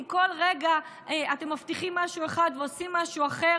אם כל רגע אתם מבטיחים משהו אחד ועושים משהו אחר